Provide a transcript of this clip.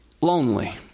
lonely